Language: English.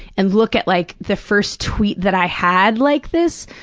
and look at, like, the first tweet that i had like this,